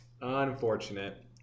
unfortunate